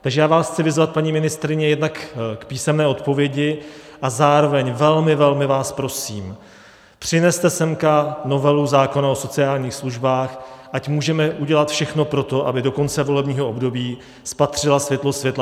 Takže já vás chci vyzvat, paní ministryně, jednak k písemné odpovědi a zároveň velmi, velmi, vás prosím, přineste sem novelu zákona o sociálních službách, ať můžeme udělat všechno pro to, aby do konce volebního období spatřila světlo světa.